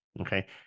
okay